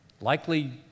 Likely